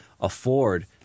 afford